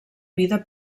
vida